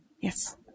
Yes